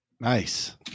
nice